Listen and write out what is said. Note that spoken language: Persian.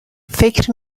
فکر